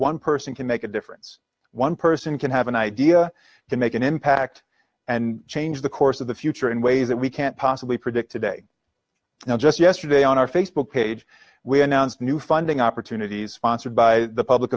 one person can make a difference one person can have an idea to make an impact and change the course of the future in ways that we can't possibly predict today now just yesterday on our facebook page we announced new funding opportunities fostered by the public